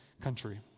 country